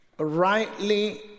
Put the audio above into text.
rightly